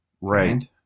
Right